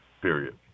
period